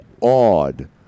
awed